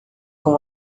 com